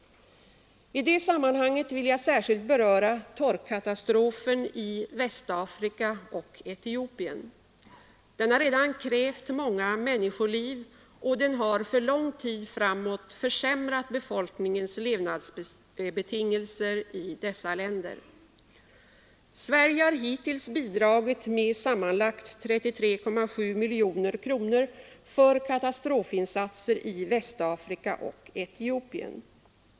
I detta sammanhang vill jag särskilt beröra torkkatastrofen i Västafrika och Etiopien. Den har redan krävt många människoliv, och den har för lång tid framåt försämrat befolkningens levnadsbetingelser i dessa länder. Sverige har hittills bidragit med sammanlagt 33,7 miljoner kronor för katastrofinsatser i Västafrika och Etiopien.